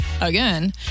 again